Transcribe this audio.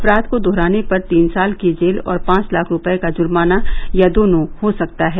अपराध को दोहराने पर तीन साल की जेल और पांच लाख रूपये का जुर्माना या दोनों हो सकता है